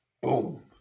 boom